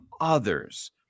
others